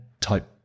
type